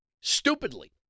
stupidly